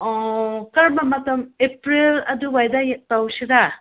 ꯀꯔꯝꯕ ꯃꯇꯝ ꯑꯦꯄ꯭ꯔꯤꯜ ꯑꯗꯨꯋꯥꯏꯗ ꯇꯧꯁꯤꯔ